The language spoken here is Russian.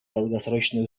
долгосрочной